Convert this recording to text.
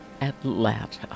Atlanta